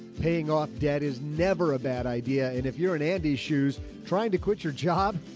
paying off debt is never a bad idea. and if you're an andy shoes trying to quit your job,